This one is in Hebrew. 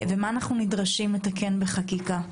ומה אנחנו נדרשים לתקן בחקיקה.